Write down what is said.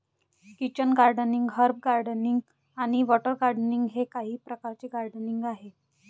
kitchen gardening, herb gardening आणि water gardening हे काही प्रकारचे गार्डनिंग आहेत